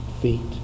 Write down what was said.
feet